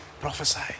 prophesy